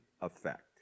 effect